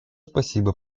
спасибо